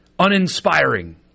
uninspiring